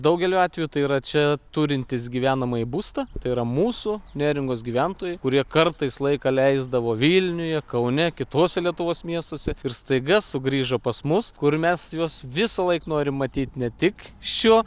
daugeliu atvejų tai yra čia turintys gyvenamąjį būstą tai yra mūsų neringos gyventojai kurie kartais laiką leisdavo vilniuje kaune kituose lietuvos miestuose ir staiga sugrįžo pas mus kur mes juos visąlaik norim matyt ne tik šio